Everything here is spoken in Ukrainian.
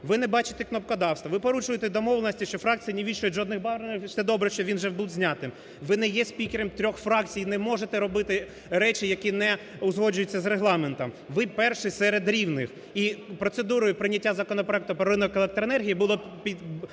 ви не бачите кнопкодавства, ви порушуєте домовленості, що фракції не вішають жодних банерів (добре, що він вже був знятий). Ви не є спікером трьох фракцій і не можете робити речі, які не узгоджуються з Регламентом, ви – перший серед рівних. І процедурою прийняття законопроекту про ринок електроенергії було пробито